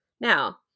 Now